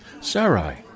Sarai